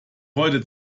heute